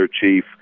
Chief